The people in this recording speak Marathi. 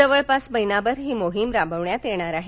जवळपास महिनाभर ही मोहीम राबवण्यात येणार आहे